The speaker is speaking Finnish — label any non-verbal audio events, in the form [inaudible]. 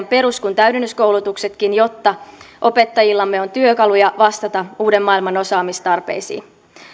[unintelligible] perus kuin täydennyskoulutuksetkin jotta opettajillamme on työkaluja vastata uuden maailman osaamistarpeisiin